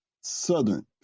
Southern